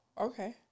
okay